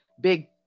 big